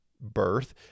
birth